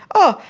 oh,